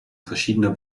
verschiedener